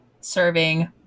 serving